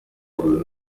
lulu